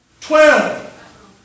Twelve